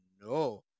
no